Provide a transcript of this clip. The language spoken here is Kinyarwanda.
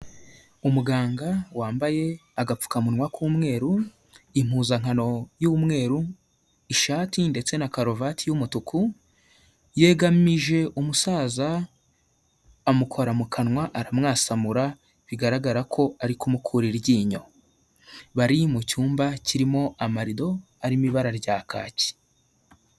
Umuganga wambaye agapfukamunwa k'umweru, impuzankano y'umweru, ishati ndetse na karuvati y'umutuku, yegamije umusaza amukora mu kanwa aramwasamura bigaragara ko ari kumukura iryinyo, bari mu cyumba kirimo amarido arimo ibara rya kaki.